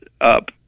up